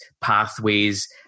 pathways